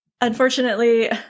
Unfortunately